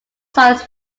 science